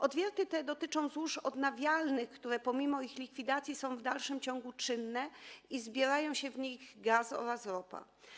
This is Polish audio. Odwierty te dotyczą złóż odnawialnych, które pomimo ich likwidacji są w dalszym ciągu czynne i zbierają się w nich gaz oraz ropa.